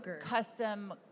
custom